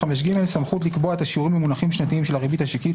סמכות לקבוע את השיעורים במונחים שנתיים של הריבית השקלית,